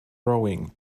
rowing